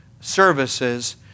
services